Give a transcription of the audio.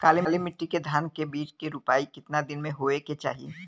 काली मिट्टी के धान के बिज के रूपाई कितना दिन मे होवे के चाही?